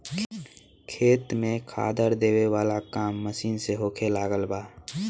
खेत में खादर देबे वाला काम मशीन से होखे लागल बा